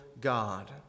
god